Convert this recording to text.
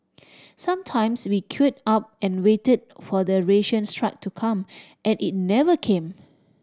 sometimes we queued up and waited for the rations truck to come and it never came